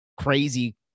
crazy